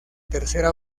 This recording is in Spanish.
tercera